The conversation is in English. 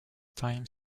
time